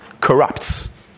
corrupts